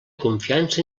confiança